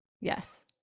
Yes